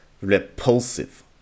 repulsive